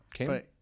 Okay